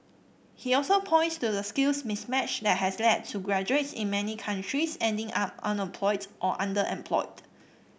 he also points to the skills mismatch that has led to graduates in many countries ending up unemployed or underemployed